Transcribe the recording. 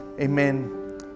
Amen